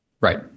Right